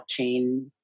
blockchain